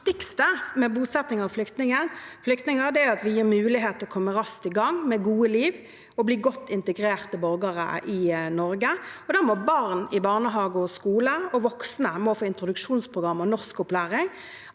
det viktigste med bosetting av flyktninger er at vi gir dem mulighet til å komme raskt i gang med et godt liv og å bli godt integrerte borgere i Norge. Da må barn i barnehage og skole, og voksne må få introduksjonsprogram og norskopplæring,